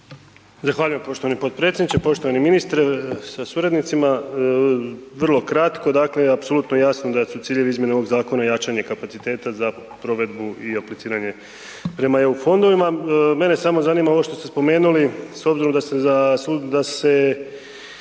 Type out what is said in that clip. Zahvaljujem poštovani potredsjedniče. Poštovani ministre sa suradnicima, vrlo kratko, dakle apsolutno jasno da su ciljevi izmjene ovog zakona jačanje kapaciteta za provedbu i apliciranje prema EU fondovima. Mene samo zanima ovo što ste spomenuli s obzirom da se